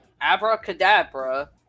Abracadabra